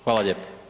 Hvala lijepo.